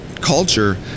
culture